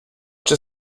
czy